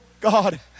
God